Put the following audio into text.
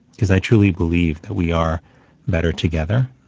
because i truly believe that we are better together,